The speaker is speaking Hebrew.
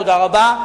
תודה רבה.